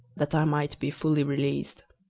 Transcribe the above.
that i might be fully released.